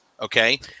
okay